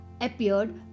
appeared